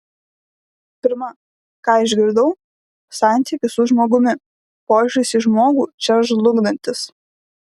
pirma ką išgirdau santykis su žmogumi požiūris į žmogų čia žlugdantis